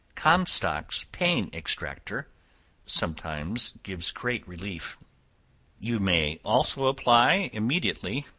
comstock's pain extractor sometimes gives great relief you may also apply immediately,